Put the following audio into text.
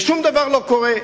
ושום דבר לא קורה.